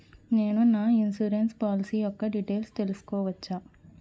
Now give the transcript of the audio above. నేను నా insurance policy యెక్క డీటైల్స్ తెల్సుకోవచ్చా?